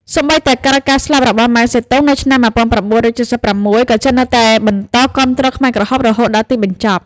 សូម្បីតែក្រោយការស្លាប់របស់ ម៉ៅ សេទុង នៅឆ្នាំ១៩៧៦ ក៏ចិននៅតែបន្តគាំទ្រខ្មែរក្រហមរហូតដល់ទីបញ្ចប់។